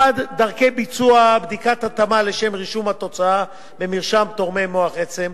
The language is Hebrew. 1. דרכי ביצוע בדיקת התאמה לשם רישום התוצאה במרשם תורמי מוח עצם,